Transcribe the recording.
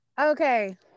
Okay